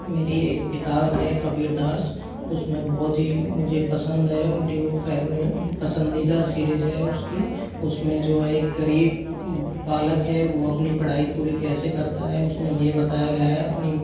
मेरी एक किताब है कबीर दास उसमें बहुत ही मुझे पसंद है मेरी वो फ़ैवरेट पसंदीदा सीरीज़ है उसकी उसमें जो एक गरीब बालक है वो अपनी पढ़ाई पूरी कैसे करता है उस में ये बताया गया है अपनी